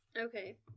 Okay